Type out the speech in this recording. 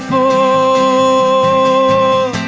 o